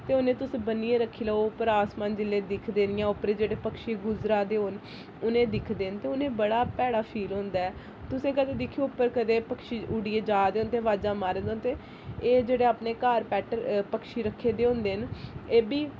ते उ'नेंगी तुस बन्नियै रक्खी लैओ उप्पर असमान जेल्लै दिखदे न इ'यां ओपरे जेह्ड़े पक्षी गुजरा दे होन उ'नें ही दिखदे न ते उ'नेंई बड़ा भैड़ा फील होंदा ऐ तुसें कदें दिक्खेओ उप्पर कदें पक्षी उड्ढियै जा दे होंदे अवाजां मारा दे होंदे एह् जेह्ड़े अपने घर पैट पक्षी रक्खे दे होंदे न एह् बी